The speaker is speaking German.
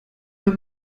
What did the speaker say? wenn